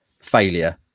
failure